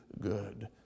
good